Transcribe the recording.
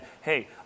hey